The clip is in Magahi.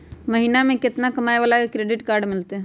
महीना में केतना कमाय वाला के क्रेडिट कार्ड मिलतै?